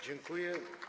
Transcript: Dziękuję.